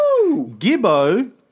Gibbo